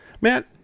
Matt